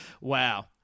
Wow